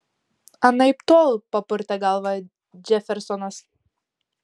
anaiptol papurtė galvą džefersonas